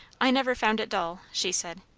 i never found it dull, she said.